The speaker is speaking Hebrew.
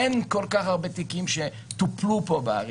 אין כל כך הרבה תיקים שטופלו פה בארץ.